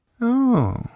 Oh